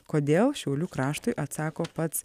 kodėl šiaulių kraštui atsako pats